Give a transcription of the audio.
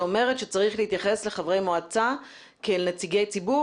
שאומרת שצריך להתייחס לחברי מועצה כאל נציגי ציבור